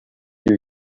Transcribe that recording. you